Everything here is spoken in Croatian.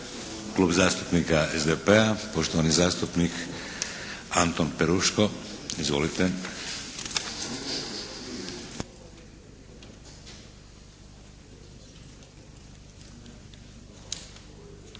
Klub zastupnika SDP-a, poštovani zastupnik Anton Peruško. Izvolite.